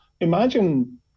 Imagine